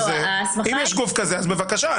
אז בבקשה,